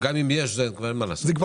זה חלק